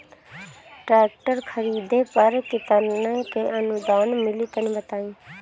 Tractor खरीदे पर कितना के अनुदान मिली तनि बताई?